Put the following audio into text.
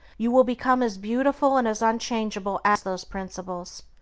you will become as beautiful and as unchangeable as those principles,